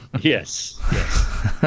yes